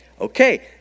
Okay